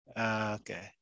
okay